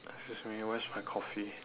excuse me where is my coffee